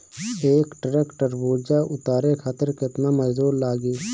एक ट्रक तरबूजा उतारे खातीर कितना मजदुर लागी?